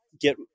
get